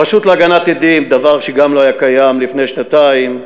הרשות להגנת עדים דבר שגם לא היה קיים לפני שנתיים,